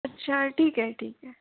अच्छा ठीक आहे ठीक आहे